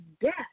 death